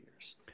years